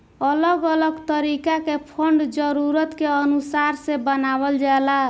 अलग अलग तरीका के फंड जरूरत के अनुसार से बनावल जाला